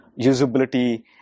usability